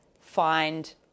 find